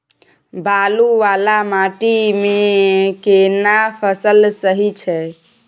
बालू वाला माटी मे केना फसल सही छै?